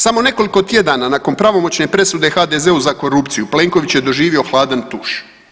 Samo nekoliko tjedana nakon pravomoćne presude HDZ-u za korupciju, Plenković je doživio hladan tuš.